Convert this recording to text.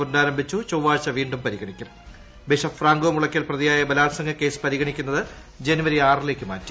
പുനഃരാരംഭിച്ചു ചൊവ്വാഴ്ച വീണ്ടും പരിഗണിക്കും ബിഷപ്പ് ഫ്രാങ്കോ മുളയ്ക്കൽ പ്രതിയായ ബലാത്സംഗ കേസ് പരിഗണിക്കുന്നത് ജനുവരി ആറിലേക്ക് മാറ്റി